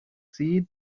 see